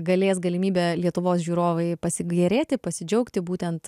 galės galimybe lietuvos žiūrovai pasigėrėti pasidžiaugti būtent